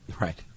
Right